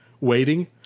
waiting